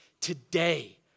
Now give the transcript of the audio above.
today